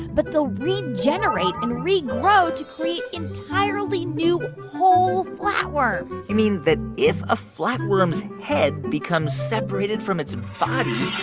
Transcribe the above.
but they'll regenerate and regrow to create entirely new, whole flatworms you mean that if a flatworm's head become separated from its body,